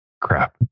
crap